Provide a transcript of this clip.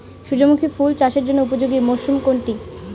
সূর্যমুখী ফুল চাষের জন্য উপযোগী মরসুম কোনটি?